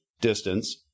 distance